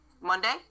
Monday